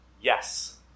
Yes